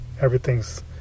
everything's